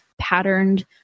patterned